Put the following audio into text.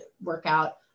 workout